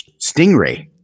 stingray